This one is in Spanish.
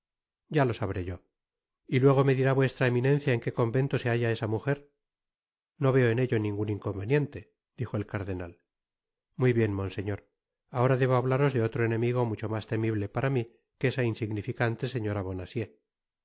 ya lo sabré yo y luego me dirá vuéstra eminencia en qué convento se halla esa mujer no veo en ello ningun inconveniente dijo el cardenal muy bien monseñor ahora debo hablaros de otro enemigo mucho mas temible para mí que esa insignificante señora